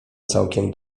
całkiem